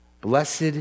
Blessed